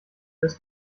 des